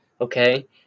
okay